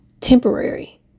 temporary